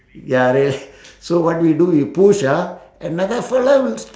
ya rail~ so what do we do we push ah another fellow will s~